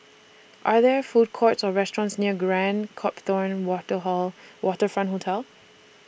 Are There Food Courts Or restaurants near Grand Copthorne Water Hall Waterfront Hotel